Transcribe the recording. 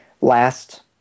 Last